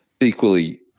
equally